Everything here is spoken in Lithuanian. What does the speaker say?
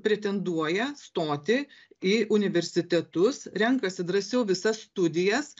pretenduoja stoti į universitetus renkasi drąsiau visas studijas